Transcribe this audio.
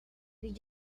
did